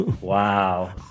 Wow